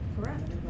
Correct